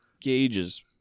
gauges